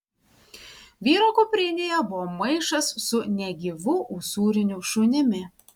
vyro kuprinėje buvo maišas su negyvu usūriniu šunimi